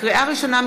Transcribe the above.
לקריאה ראשונה,